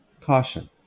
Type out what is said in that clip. Caution